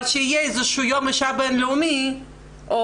אבל כשיהיה איזה יום אישה בין-לאומי או